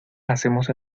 hacemos